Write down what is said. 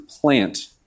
plant